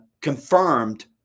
confirmed